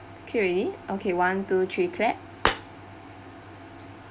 okay already okay one two three clap